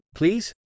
please